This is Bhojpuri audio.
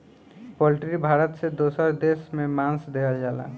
पोल्ट्री भारत से दोसर देश में मांस देहल जाला